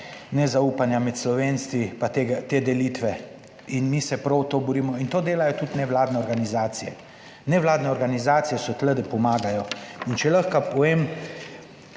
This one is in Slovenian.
nezaupanja med Slovenci, pa te delitve in mi se prav to borimo in to delajo tudi nevladne organizacije. Nevladne organizacije so tukaj, da pomagajo. In če lahko povem,